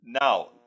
Now